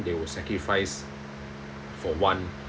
they will sacrifice for one